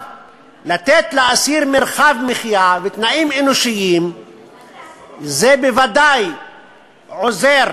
לתת לאסיר מרחב מחיה ותנאים אנושיים זה בוודאי עוזר.